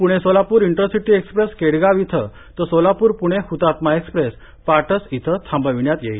Pune Solapur intercity express Kedgaon इथं तर Solapur Pune Hutatma express Patas इथं थांबविण्यात येणार येईल